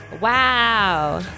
Wow